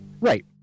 Right